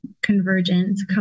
convergence